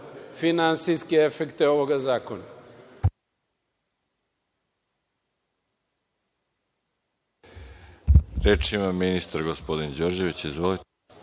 finansijske efekte ovog zakona.